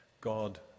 God